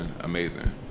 amazing